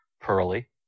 Pearly